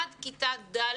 עד כיתה ד'